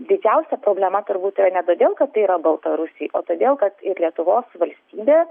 didžiausia problema turbūt yra ne todėl kad tai yra baltarusiai o todėl kad ir lietuvos valstybė